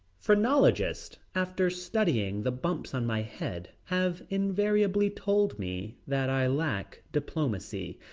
phrenologists after studying the bumps on my head have invariably told me that i lacked diplomacy.